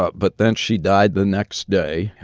ah but then she died the next day.